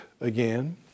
again